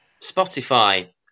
Spotify